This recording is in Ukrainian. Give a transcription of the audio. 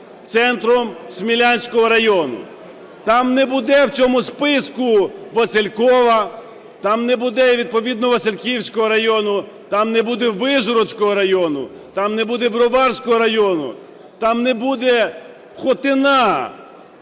центром Смілянського району. Там не буде, в цьому списку, Василькова. Там не буде відповідно і Васильківського району. Там не буде Вишгородського району. Там не буде Броварського району. Там не буде Хотина.